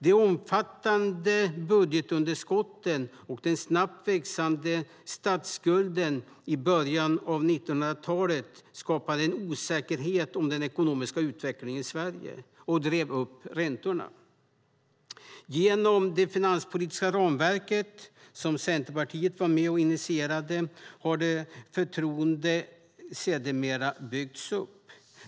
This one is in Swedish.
De omfattande budgetunderskotten och den snabbt växande statsskulden i början av 1900-talet skapade en osäkerhet om den ekonomiska utvecklingen i Sverige och drev upp räntorna. Genom det finanspolitiska ramverket, som Centerpartiet var med och initierade, har förtroendet sedermera byggts upp.